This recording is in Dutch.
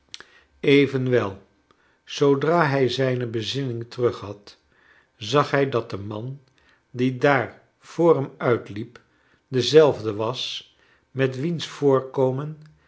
evenwel zoodra hij zijne bezinning terug had zag hij dat de man die daar voor hem uit liep i dezelfde was met wiens voorkomen